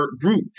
group